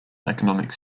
economics